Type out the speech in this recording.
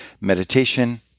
meditation